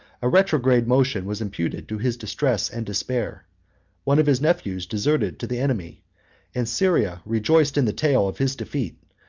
a retrograde motion was imputed to his distress and despair one of his nephews deserted to the enemy and syria rejoiced in the tale of his defeat,